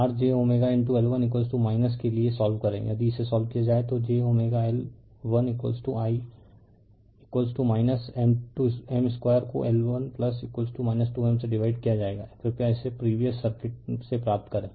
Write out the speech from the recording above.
r j L1 के लिए solve करें यदि इसे सोल्व किया जाए तो j L1 M 2 को L1 2 M से डिवाइड किया जाएगा कृपया इसे प्रीवियस सर्किट से प्राप्त करें